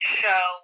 show